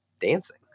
dancing